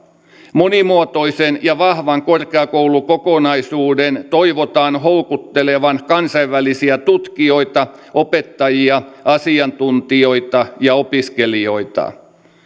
monimuotoisen ja vahvan korkeakoulukokonaisuuden toivotaan houkuttelevan kansainvälisiä tutkijoita opettajia asiantuntijoita ja opiskelijoita